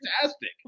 fantastic